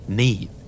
need